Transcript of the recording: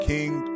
King